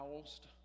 housed